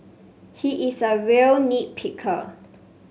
he is a real nit picker